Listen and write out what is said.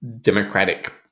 democratic